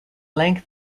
length